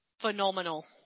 phenomenal